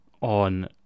on